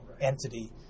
entity